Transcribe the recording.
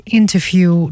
interview